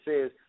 says